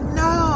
no